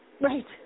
Right